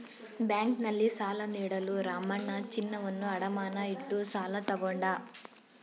ಬ್ಯಾಂಕ್ನಲ್ಲಿ ಸಾಲ ನೀಡಲು ರಾಮಣ್ಣ ಚಿನ್ನವನ್ನು ಅಡಮಾನ ಇಟ್ಟು ಸಾಲ ತಗೊಂಡ